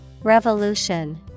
Revolution